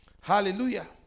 Hallelujah